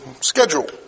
schedule